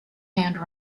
hand